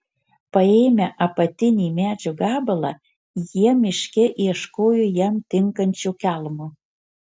paėmę apatinį medžio gabalą jie miške ieškojo jam tinkančio kelmo